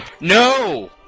No